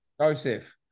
Joseph